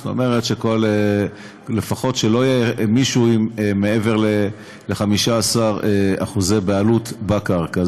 זאת אומרת שלפחות לא יהיה מישהו עם מעבר ל-15% בעלות בקרקע,